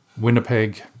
Winnipeg